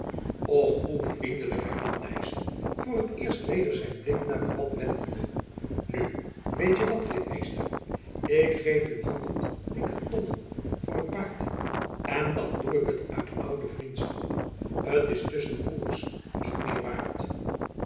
och hoe vriendelijk hernam nyssen voor het eerst weder zijn blik naar buat wendende nu weet je wat ritmeester ik geef u honderd dikketonnen voor het paard en dan doe ik het uit ouwe vriendschap t is tusschen broêrs niet meer waard